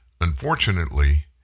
Unfortunately